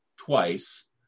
twice